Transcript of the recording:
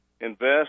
invest